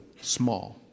small